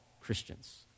Christians